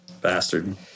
Bastard